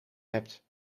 hebt